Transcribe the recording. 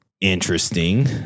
interesting